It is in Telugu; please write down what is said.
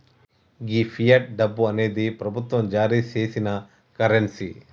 గీ ఫియట్ డబ్బు అనేది ప్రభుత్వం జారీ సేసిన కరెన్సీ